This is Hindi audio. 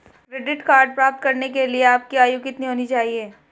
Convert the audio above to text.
क्रेडिट कार्ड प्राप्त करने के लिए आपकी आयु कितनी होनी चाहिए?